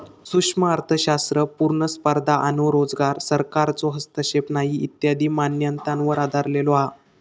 सूक्ष्म अर्थशास्त्र पुर्ण स्पर्धा आणो रोजगार, सरकारचो हस्तक्षेप नाही इत्यादी मान्यतांवर आधरलेलो हा